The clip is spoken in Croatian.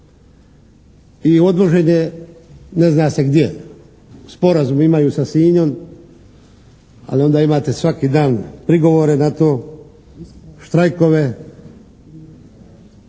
i odvoženje ne zna se gdje. Sporazum imaju sa Sinjom, ali onda imate svaki dan prigovore na to, štrajkove